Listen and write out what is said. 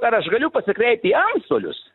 ar aš galiu pasikreipt į antstolius